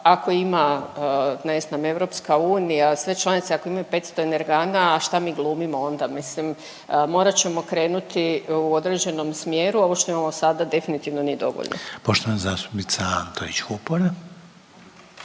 ako ima ne znam EU, sve članice ako imaju 500 energana šta mi glumimo onda? Mislim morat ćemo krenuti u određenom smjeru. Ovo što imamo sada definitivno nije dovoljno. **Reiner, Željko